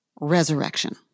resurrection